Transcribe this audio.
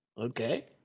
okay